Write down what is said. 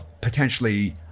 potentially